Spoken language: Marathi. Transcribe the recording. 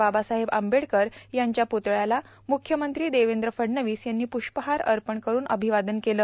बाबासाहेब आंबेडकर यांच्या प्तळ्याला मुख्यमंत्री देवद्र फडणवीस यांनी प्रष्पहार अपण करुन र्आभवादन केलं